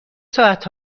ساعت